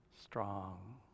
strong